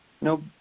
no